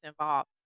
involved